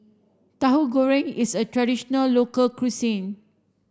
Tahu Goreng is a traditional local cuisine